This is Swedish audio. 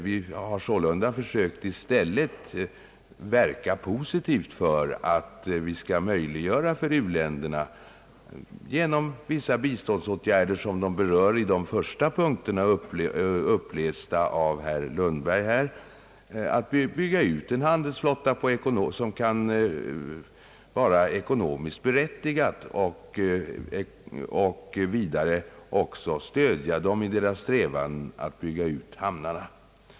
Vi har sålunda försökt i stället verka positivt för att möjliggöra för u-länderna — genom vissa biståndsåtgärder, som de berör i de första punkterna som herr Lundberg läste upp — att bygga ut en handelsflotta, som kan vara ekonomiskt berättigad och vidare att stödja dem i deras strävanden att bygga ut hamnarna.